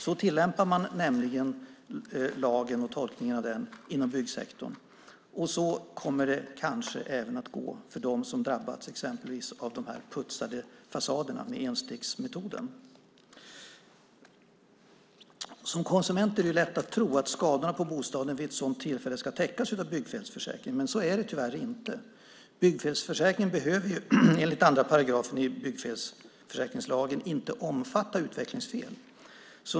Så tillämpar man nämligen lagen och tolkningen av den inom byggsektorn, och så kommer det kanske även att gå för dem som drabbats exempelvis av putsning av fasader med enstegsmetoden. Som konsument är det lätt att tro att skadorna på bostaden vid ett sådant tillfälle ska täckas av byggfelsförsäkringen, men så är det tyvärr inte. Byggfelsförsäkringen behöver enligt 2 § i byggfelsförsäkringslagen inte omfatta utvecklingsfel.